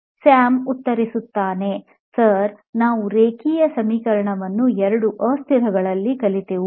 ವಿದ್ಯಾರ್ಥಿ ಸ್ಯಾಮ್ ಉತ್ತರಿಸುತ್ತಿದ್ದಾನೆ ಸರ್ ನಾವು ರೇಖೀಯ ಸಮೀಕರಣವನ್ನು ಎರಡು ಅಸ್ಥಿರಗಳಲ್ಲಿ ಕಲಿತೆವು